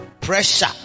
Pressure